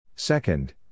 Second